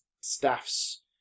staff's